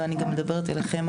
ואני גם מדברת אליכם,